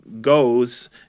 goes